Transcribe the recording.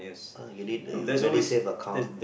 you need the MediSave account